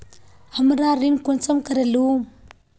हमरा ऋण कुंसम करे लेमु?